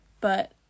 but-